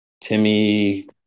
Timmy